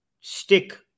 stick